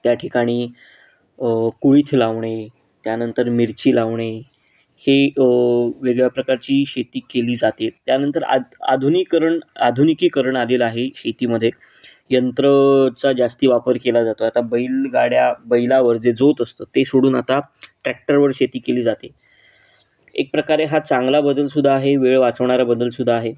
त्या ठिकाणी कुळीथ लावणे त्यानंतर मिरची लावणे हे वेगळ्या प्रकारची शेती केली जाते त्यानंतर आद आधुनिकरण आधुनिकीकरण आलेलं आहे शेतीमध्ये यंत्राचा जास्ती वापर केला जातो आता बैलगाड्या बैलावर जे जोत असतं ते सोडून आता टॅक्टरवर शेती केली जाते एक प्रकारे हा चांगला बदलसुद्धा आहे वेळ वाचवणारा बदलसुद्धा आहे